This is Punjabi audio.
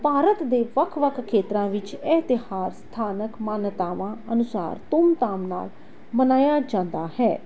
ਭਾਰਤ ਦੇ ਵੱਖ ਵੱਖ ਖੇਤਰਾਂ ਵਿੱਚ ਇਹ ਇਤਿਹਾਸ ਸਥਾਨਕ ਮਾਨਤਾਵਾਂ ਅਨੁਸਾਰ ਧੂਮਧਾਮ ਨਾਲ਼ ਮਨਾਇਆ ਜਾਂਦਾ ਹੈ